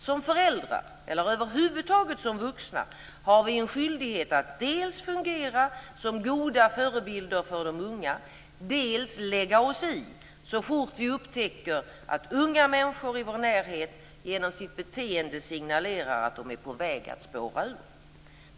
Som föräldrar - eller över huvud taget som vuxna - har vi en skyldighet att dels fungera som goda förebilder för de unga, dels "lägga oss i" så fort vi upptäcker att unga människor i vår närhet genom sitt beteende signalerar att de är på väg att spåra ur.